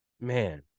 man